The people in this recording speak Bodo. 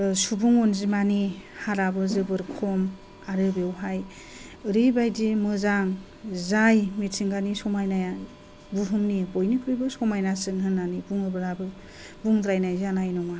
सुबुं अन्जिमानि हारआबो जोबोर खम आरो बेवहाय ओरैबायदि मोजां जाय मिथिंगानि समाइनाया बुहुमनि बयनिख्रुइबो समाइनासिन होननानै बुङोब्लाबो बुंद्रायनाय जानाय नङा